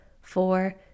four